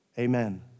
Amen